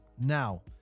now